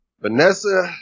Vanessa